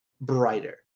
brighter